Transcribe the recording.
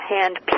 Hand